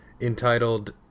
entitled